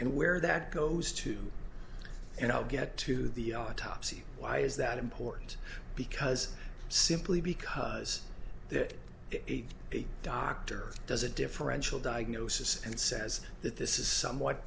and where that goes to and i'll get to the autopsy why is that important because simply because it is a doctor does a differential diagnosis and says that this is somewhat